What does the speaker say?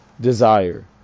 desire